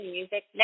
Music